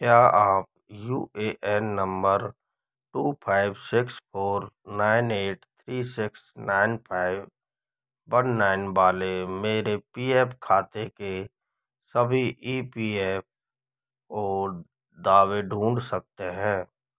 क्या आप U A N number two five six four nine eight three six nine five one nine वाले मेरे P F खाते के सभी ई पी एफ़ ओ दावे ढूँढ सकते हैं